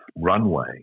runway